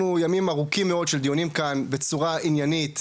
ימים ארוכים מאוד של דיונים כאן בצורה עניינית.